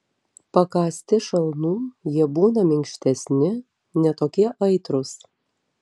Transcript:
pakąsti šalnų jie būna minkštesni ne tokie aitrūs